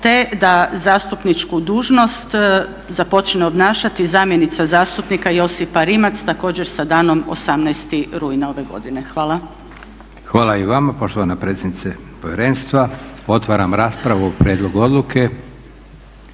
te da zastupničku dužnost započne obnašati zamjenica zastupnika Josipa Rimac, također sa danom 18. rujna ove godine. Hvala. **Leko, Josip (SDP)** Hvala i vama poštovana predsjednice Povjerenstva. Otvaram raspravu o prijedlogu odluke.